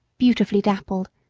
beautifully dappled,